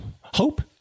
hope